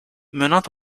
menant